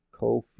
Kofi